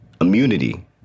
immunity